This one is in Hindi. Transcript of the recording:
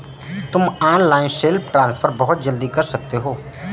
तुम ऑनलाइन सेल्फ ट्रांसफर बहुत जल्दी कर सकते हो